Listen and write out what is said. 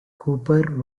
cooper